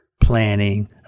planning